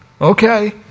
Okay